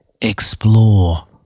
explore